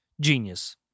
genius